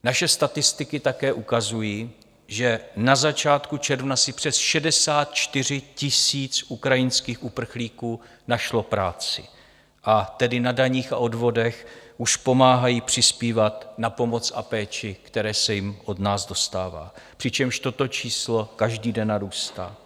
Naše statistiky také ukazují, že na začátku června si přes 64 tisíc ukrajinských uprchlíků našlo práci, a tedy na daních a odvodech už pomáhají přispívat na pomoc a péči, které se jim od nás dostává, přičemž toto číslo každý den narůstá.